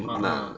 (uh huh)